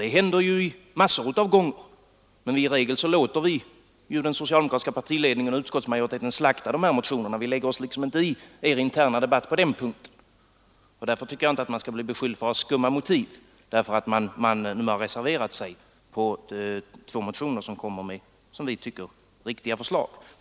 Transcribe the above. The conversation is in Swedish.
Det händer ju många gånger, men i regel låter vi den socialdemokratiska partiledningen och utskottsmajoriteten slakta dessa motioner; vi lägger oss inte i er interna debatt på den motiv när man nu har reserverat sig med anledning av två motioner som kommer med, som vi tycker, riktiga förslag.